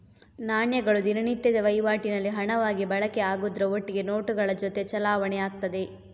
ನಾಣ್ಯಗಳು ದಿನನಿತ್ಯದ ವೈವಾಟಿನಲ್ಲಿ ಹಣವಾಗಿ ಬಳಕೆ ಆಗುದ್ರ ಒಟ್ಟಿಗೆ ನೋಟುಗಳ ಜೊತೆ ಚಲಾವಣೆ ಆಗ್ತದೆ